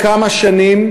הגדולים ביותר שנראו כאן.